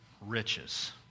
riches